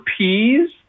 peas